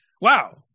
wow